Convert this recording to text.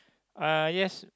uh yes